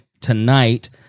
tonight